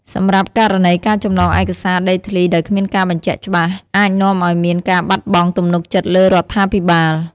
សម្រាប់ករណីការចម្លងឯកសារដីធ្លីដោយគ្មានការបញ្ជាក់ច្បាស់អាចនាំឲ្យមានការបាត់បង់ទំនុកចិត្តលើរដ្ឋាភិបាល។